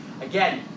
Again